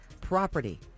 Property